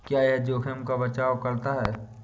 क्या यह जोखिम का बचाओ करता है?